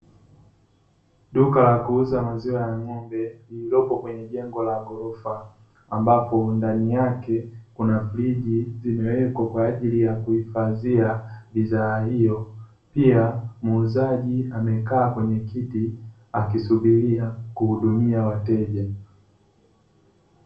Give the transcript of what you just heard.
Duka la kuuza maziwa ya ng'ombe, lililopo kwenye jengo la ghorofa, ambapo ndani yake kuna friji zimewekwa kwa ajili ya kuhifadhia bidhaa hiyo. Pia, muuzaji amekaa kwenye kiti, akisubiria kuhudumia wateja.